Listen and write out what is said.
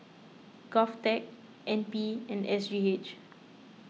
Govtech N P and S G H